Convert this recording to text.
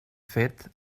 fet